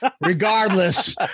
Regardless